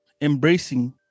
embracing